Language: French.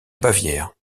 bavière